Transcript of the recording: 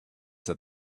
that